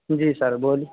جی sir بولیے